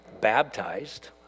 baptized